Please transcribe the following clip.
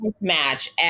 match